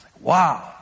Wow